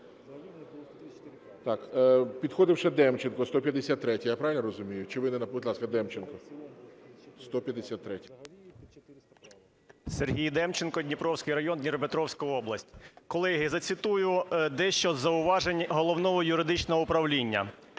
Сергій Демченко, Дніпровський район, Дніпропетровська область. Колеги, зацитую дещо із зауважень Головного юридичного управління.